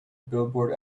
billboard